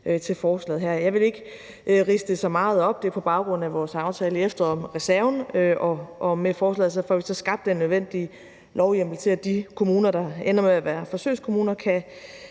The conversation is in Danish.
Jeg vil ikke ridse det så meget op, men det er på baggrund af vores aftale i efteråret om reserven, og med forslaget får vi så skabt den nødvendige lovhjemmel til, at de kommuner, der ender med at være forsøgskommuner, kan